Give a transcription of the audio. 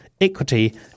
equity